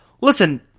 listen